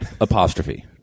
Apostrophe